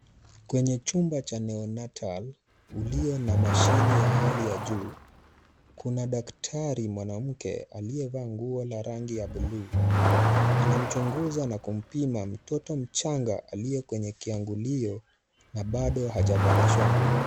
Kwenye chumba cha newnatal iliyo na mashine ya hali ya juu, kuna daktari mwanamke aliyevaa nguo la rangi ya buluu. Anamchunguza na kumpima mtoto mchanga aliye kwenye kiangulio na bado hajavalishwa nguo.